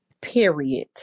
Period